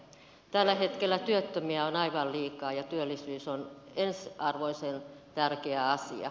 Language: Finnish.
tällä hetkellä työttömiä on aivan liikaa ja työllisyys on ensiarvoisen tärkeä asia